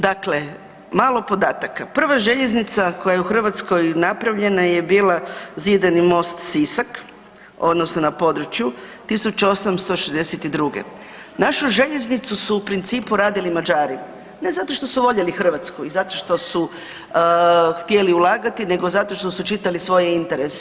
Dakle, malo podataka, prva željeznica koja je u Hrvatskoj napravljena je Zidani most-Sisak odnosno na području 1862., našu željeznicu su u principu radili Mađari, ne zato što su voljeli Hrvatsku i zato što su htjeli ulagati nego zato što su čitali svoje interese.